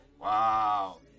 Wow